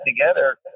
together